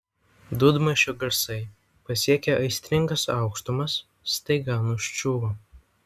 dūdmaišio garsai pasiekę aistringas aukštumas staiga nuščiuvo